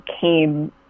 came